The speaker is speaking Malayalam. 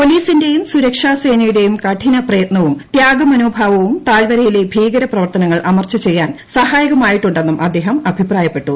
പോലീസിന്റേയും സുരക്ഷാസേനയുടേയും കഠിന പ്രയ്തനവും ത്യാഗ മനോഭാവവും താഴ്വരയിലെ ഭീകര പ്രവർത്തനങ്ങൾ അമർച്ച ചെയ്യാൻ സഹായകമായിട്ടുണ്ടെന്നും അദ്ദേഹംഅഭിപ്രായപ്പെട്ടു